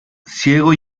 ciego